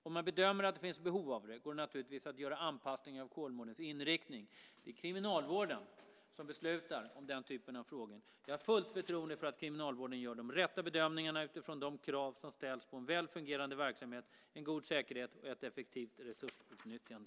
Om man bedömer att det finns behov av det, går det naturligtvis att göra anpassningar av Kolmårdens inriktning. Det är Kriminalvården som beslutar om den typen av frågor. Jag har fullt förtroende för att Kriminalvården gör de rätta bedömningarna utifrån de krav som ställs på en väl fungerande verksamhet, en god säkerhet och ett effektivt resursutnyttjande.